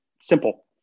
simple